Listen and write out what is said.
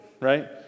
right